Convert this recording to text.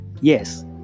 yes